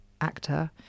actor